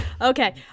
Okay